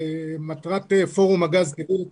מטרת פורום הגז הטבעי לתחבורה.